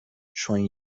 چون